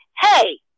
Hey